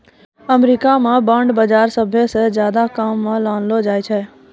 अमरीका म बांड बाजार सबसअ ज्यादा काम म लानलो जाय छै